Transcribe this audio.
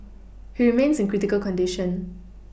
he remains in critical condition